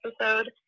episode